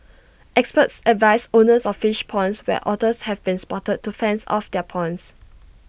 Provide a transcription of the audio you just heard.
experts advise owners of fish ponds where otters have been spotted to fence off their ponds